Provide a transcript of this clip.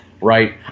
right